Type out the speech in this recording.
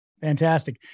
Fantastic